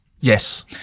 Yes